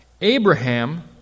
Abraham